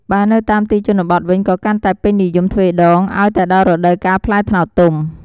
បើនៅតាមទីជនបទវិញក៏កាន់តែពេញនិយមទ្វេដង ឱ្យតែដល់រដូវកាលផ្លែត្នោតទុំ។